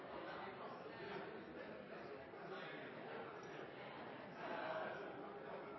og det vi